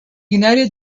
united